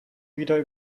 wieder